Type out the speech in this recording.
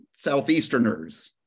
Southeasterners